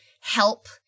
help